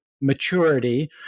maturity